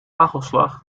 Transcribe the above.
hagelslag